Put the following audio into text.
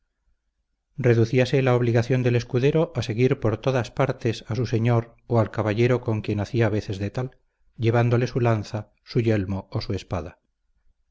caballero reducíase la obligación del escudero a seguir por todos partes a su señor o al caballero con quien hacía veces de tal llevándole su lanza su yelmo o su espada